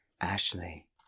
Ashley